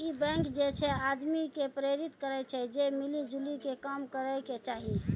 इ बैंक जे छे आदमी के प्रेरित करै छै जे मिली जुली के काम करै के चाहि